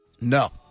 No